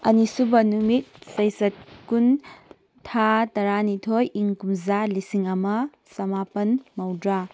ꯑꯅꯤꯁꯨꯕ ꯅꯨꯃꯤꯠ ꯆꯩꯆꯠ ꯀꯨꯟ ꯊꯥ ꯇꯔꯥꯅꯤꯊꯣꯏ ꯏꯪ ꯀꯨꯝꯖꯥ ꯂꯤꯁꯤꯡ ꯑꯃ ꯆꯃꯥꯄꯟ ꯃꯧꯗ꯭ꯔꯥ